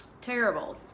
Terrible